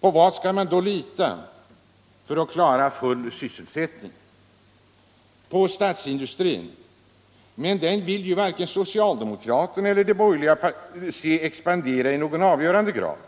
På vad skall man då lita för att skapa full sysselsättning? På statsindustrin? Men den vill ju varken socialdemokraterna celler de borgerliga se expandera i någon avgörande grad.